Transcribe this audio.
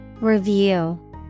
Review